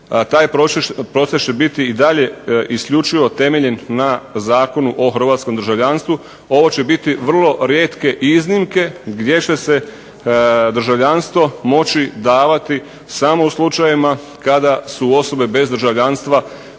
Taj proces će biti isključivo temeljen na zakonu o hrvatskom državljanstvu, ovo će biti vrlo rijetke iznimke gdje će se državljanstvo moći davati samo u slučajevima kada su osobe bez državljanstva